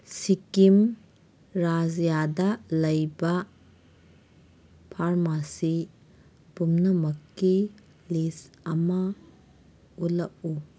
ꯁꯤꯛꯀꯤꯝ ꯔꯥꯖ꯭ꯌꯥꯗ ꯂꯩꯕ ꯐꯥꯔꯃꯥꯁꯤ ꯄꯨꯝꯅꯃꯛꯀꯤ ꯂꯤꯁ ꯑꯃ ꯎꯠꯂꯛꯎ